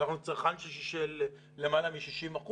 אנחנו צרכן של למעלה מ-60%,